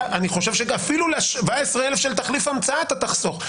אפילו ל-17,000 של תחליף המצאה אתה תחסוך.